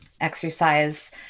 exercise